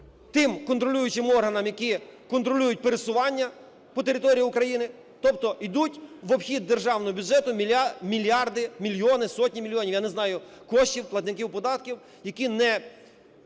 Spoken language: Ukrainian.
тим контролюючим органам, які контролюють пересування по території України, тобто йдуть в обхід державного бюджету мільярди, мільйони, сотні мільйонів, я не знаю, коштів платників податків, які не